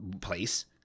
place